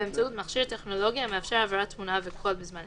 לא אמורים לתת לו להיכנס לבית המשפט.